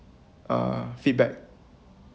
uh feedback